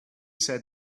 said